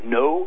no